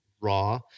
raw